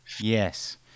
Yes